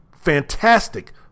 fantastic